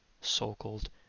so-called